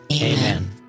Amen